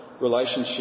relationship